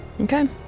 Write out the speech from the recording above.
Okay